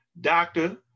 doctor